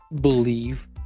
believe